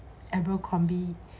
abercrombie